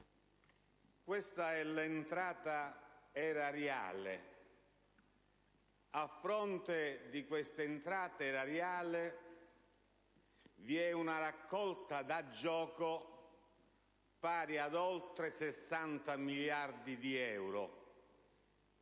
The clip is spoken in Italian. Questa è l'entrata erariale. A fronte di essa vi è una raccolta da gioco pari ad oltre 60 miliardi di euro,